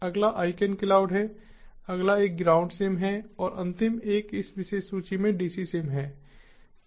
अगला आईकैनक्लाउड है अगला एक ग्राउंडसिम है और अंतिम एक इस विशेष सूची में DCSim है